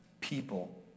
people